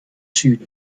süd